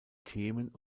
themen